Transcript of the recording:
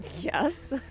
Yes